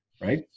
right